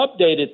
updated